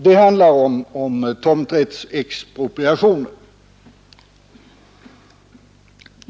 Det handlar om tomträttsexpropriationen.